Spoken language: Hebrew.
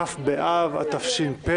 כ' באב התש"ף,